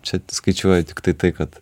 čia skaičiuoju tiktai tai kad